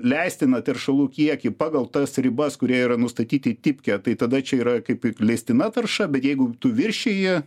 leistiną teršalų kiekį pagal tas ribas kurie yra nustatyti tipke tai tada čia yra kaip ir leistina tarša bet jeigu tu viršiji